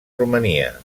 romania